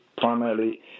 primarily